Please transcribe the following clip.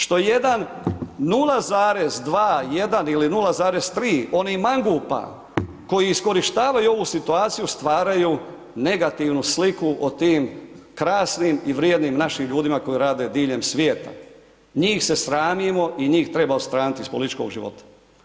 Što 1, 0,2, 1 ili 0,3 onih mangupa koji iskorištavaju ovu situaciju, stvaraju negativnu sliku o tim krasnim i vrijednim našim ljudima koji rade diljem svijeta, njih se sramimo i njih treba odstraniti iz političkog života.